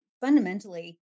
fundamentally